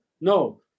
No